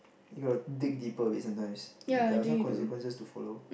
you gotta dig deeper a bit sometimes there are some consequences to follow